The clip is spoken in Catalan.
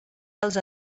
els